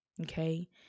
okay